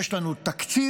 יש לנו תקציב,